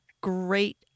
great